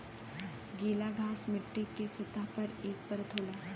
गीला घास मट्टी के सतह पर एक परत होला